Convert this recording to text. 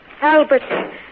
Albert